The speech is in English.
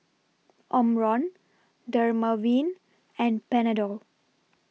Omron Dermaveen and Panadol